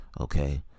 okay